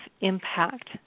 impact